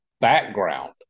background